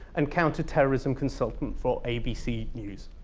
and counter-terrorism consultant for abc news.